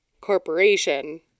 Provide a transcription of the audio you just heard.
corporation